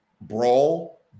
brawl